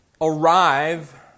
arrive